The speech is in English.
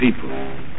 people